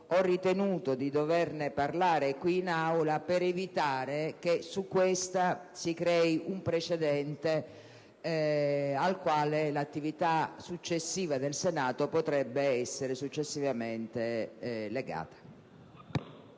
ho ritenuto di doverne parlare qui, in Aula, per evitare che su questa si crei un precedente al quale l’attivita` successiva del Senato potrebbe essere legata.